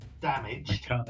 damaged